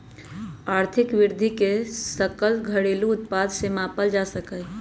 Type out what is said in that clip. आर्थिक वृद्धि के सकल घरेलू उत्पाद से मापल जा सका हई